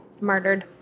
murdered